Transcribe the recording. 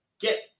get